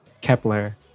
Kepler